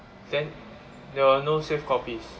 then there were no save copies